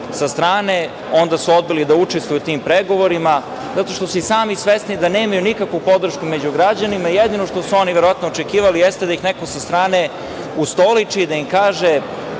sa strane. Onda su odbili da učestvuju u tim pregovorima, zato što su i sami svesni da nemaju nikakvu podršku među građanima. Jedino što su oni očekivali jeste da ih neko sa strane ustoliči, da im kaže